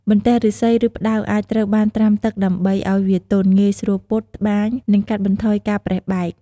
បន្ទះឫស្សី ឬផ្តៅអាចត្រូវបានត្រាំទឹកដើម្បីឱ្យវាទន់ ងាយស្រួលពត់ ត្បាញ និងកាត់បន្ថយការប្រេះបែក។